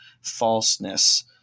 falseness